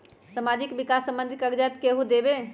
समाजीक विकास संबंधित कागज़ात केहु देबे?